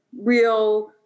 real